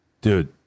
Dude